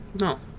No